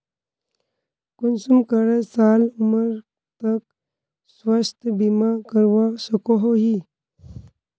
कुंसम करे साल उमर तक स्वास्थ्य बीमा करवा सकोहो ही?